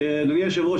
אדוני היושב ראש,